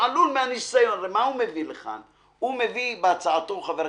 הרי מה חבר הכנסת פולקמן מביא בהצעה הזאת?